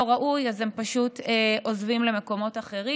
ראוי אז הם פשוט עוזבים למקומות אחרים.